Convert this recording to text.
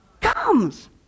comes